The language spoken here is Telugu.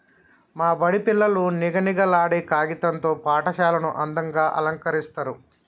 మా బడి పిల్లలు నిగనిగలాడే కాగితం తో పాఠశాలను అందంగ అలంకరిస్తరు